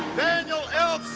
daniel l.